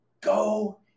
go